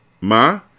Ma